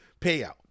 payout